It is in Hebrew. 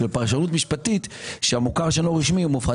של פרשנות משפטית שהמוכר שאינו רשמי הוא מופחת.